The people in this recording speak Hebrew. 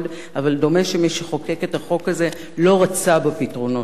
אבל דומה שמי שחוקק את החוק הזה לא רצה בפתרונות האלה.